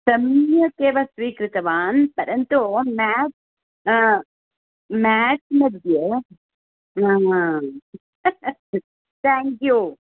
सम्यगेव स्वीकृतवान् परन्तु मेत् मेत्स् मध्ये आमां थेङ्क् यु